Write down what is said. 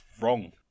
wrong